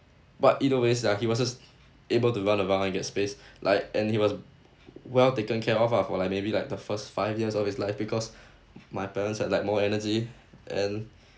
but either ways ya he was just able to run around and get space like and he was well taken care of ah for like maybe like the first five years of his life because my parents have like more energy and